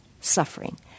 suffering